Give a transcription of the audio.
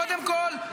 קודם כול,